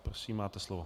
Prosím, máte slovo.